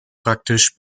praktisch